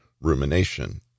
rumination